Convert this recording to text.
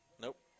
Nope